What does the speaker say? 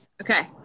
Okay